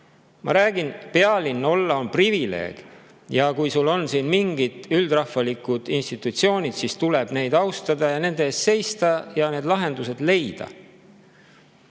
Ma räägin, pealinn olla on privileeg. Kui sul on siin mingid üldrahvalikud institutsioonid, siis tuleb neid austada ja nende eest seista ning need lahendused leida.